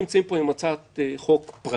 אנחנו נמצאים פה עם הצעת חוק פרטית,